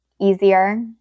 easier